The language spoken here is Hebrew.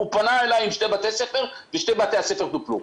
הוא פנה אליי עם שני בתי ספר ושני בתי הספר טופלו.